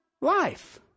life